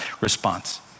response